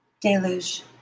Deluge